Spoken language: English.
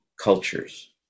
cultures